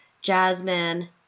jasmine